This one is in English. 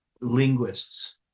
linguists